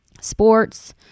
sports